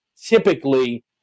Typically